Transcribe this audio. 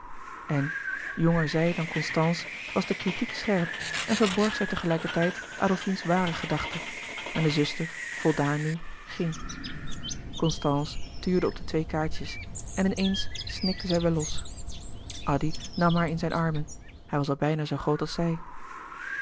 en jonger zij dan constance was de kritiek scherp en verborg zij tegelijkertijd adolfine's ware gedachte en de zuster voldaan nu ging constance tuurde op de twee kaartjes en in eens snikte zij weêr los addy nam haar in zijne armen hij was al bijna zoo groot als zij